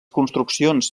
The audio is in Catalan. construccions